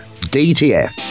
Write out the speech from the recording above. DTF